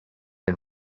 and